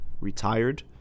retired